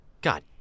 God